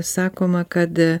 sakoma kad